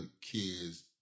kids